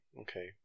Okay